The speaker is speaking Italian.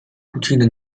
cucina